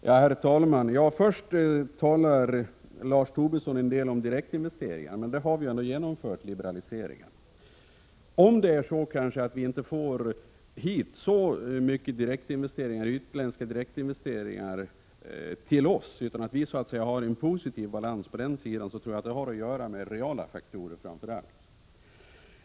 Herr talman! Lars Tobisson talar en del om direktinvesteringar. Men på det området har vi ändå genomfört liberaliseringar. Om det är så att vi inte får hit så mycket utländska direktinvesteringar och har en positiv balans på den sidan, tror jag att det framför allt har att göra med reala faktorer.